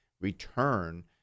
return